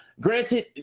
Granted